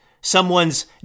someone's